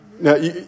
Now